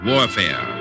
Warfare